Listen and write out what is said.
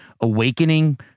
awakening